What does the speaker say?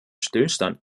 stillstand